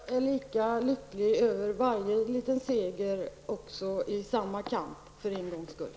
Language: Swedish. Herr talman! Jag är lika lycklig över varje liten seger också i samma kamp, för en gångs skull.